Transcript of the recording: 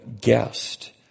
guest